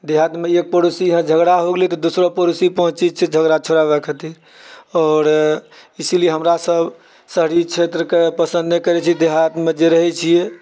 देहातमे एक पड़ोसीके यहाँ झगड़ा हो गेलय तऽ दूसरा पड़ोसी पहुँचि जाइत छै झगड़ा छोड़ाबै खातिर आओर इसिलिए हमरासभ शहरी क्षेत्रके पसन्द नहि करैत छी देहातमे जे रहैत छियै